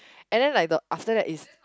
and then like the after that is